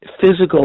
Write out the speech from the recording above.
physical